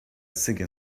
singing